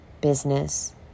business